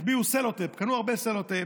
החביאו סלוטייפ, קנו הרבה סלוטייפ.